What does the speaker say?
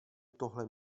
tohle